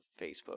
Facebook